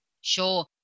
Sure